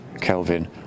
Kelvin